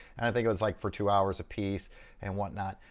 and i think it was like for two hours apiece and whatnot.